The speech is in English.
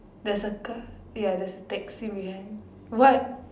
there's a car ya there's a taxi behind what